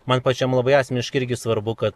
man pačiam labai asmeniški irgi svarbu kad